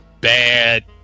bad